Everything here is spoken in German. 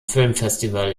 filmfestival